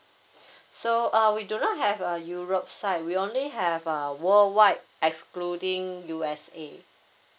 so uh we do not have a europe side we only have uh worlwide excluding USA